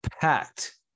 packed